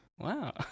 Wow